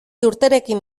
urterekin